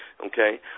okay